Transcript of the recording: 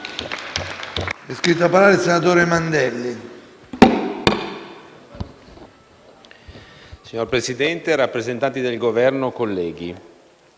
Signor Presidente, rappresentanti del Governo, colleghi,